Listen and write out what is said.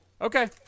Okay